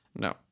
No